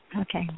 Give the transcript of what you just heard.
Okay